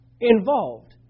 involved